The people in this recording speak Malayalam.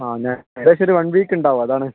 ആ ഞാൻ ഏകദേശം ഒരു വൺ വീക്ക് ഉണ്ടാവും അതാണ്